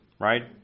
right